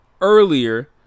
earlier